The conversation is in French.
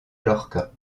lorca